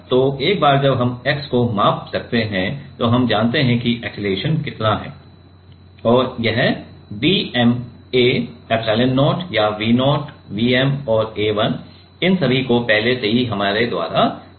तो एक बार जब हम x को माप सकते हैं तो हम जानते हैं कि अक्सेलरेशन कितना है और यह dm A एप्सिलोन0 या V0 Vm और A1 इन सभी को पहले ही हमारे द्वारा तय कर लिया गया है